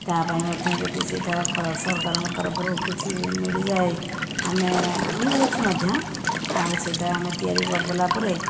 ତା' ପାଇଁ ମଧ୍ୟ ଯଦି ସେଇଟା ସରକାରଙ୍କ ତରଫରୁ କିଛି ମିଳିଯାଏ ଆମେ ମିଳୁଛି ମଧ୍ୟ ଆଉ ଆମେ ସେଇଟା ତିଆରି କରିଦେଲା ପରେ